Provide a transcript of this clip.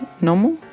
normal